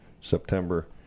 September